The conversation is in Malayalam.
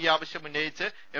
ഈ ആവശ്യം ഉന്നയിച്ച് എം